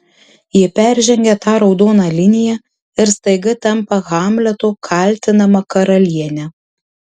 ji peržengia tą raudoną liniją ir staiga tampa hamleto kaltinama karaliene